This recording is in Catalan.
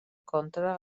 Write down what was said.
contra